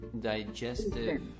digestive